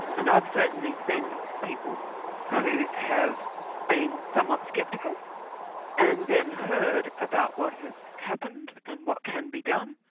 and i've certainly seen people who have been somewhat sceptical and then heard about what has happened and what can be done,